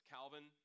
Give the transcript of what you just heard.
Calvin